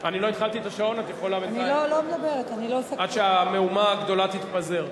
אני לא הפעלתי את השעון עד שהמהומה הגדולה תתפזר.